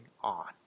on